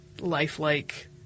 lifelike